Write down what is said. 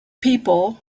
people